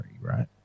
right